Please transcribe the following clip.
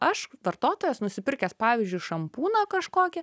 aš vartotojas nusipirkęs pavyzdžiui šampūną kažkokį